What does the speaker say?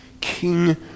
king